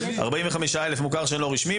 ו-45% במוכר שאינו רשמי.